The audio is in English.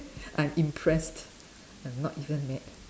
I'm impressed I'm not even mad